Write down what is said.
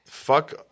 fuck